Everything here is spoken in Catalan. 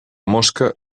mosca